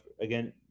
again